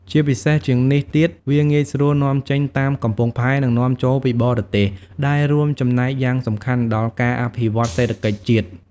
ពិសេសជាងនេះទៀត វាងាយស្រួលនាំចេញតាមកំពង់ផែ និងនាំចូលពីបរទេស ដែលរួមចំណែកយ៉ាងសំខាន់ដល់ការអភិវឌ្ឍសេដ្ឋកិច្ចជាតិ។